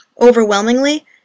Overwhelmingly